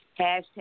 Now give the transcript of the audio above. Hashtag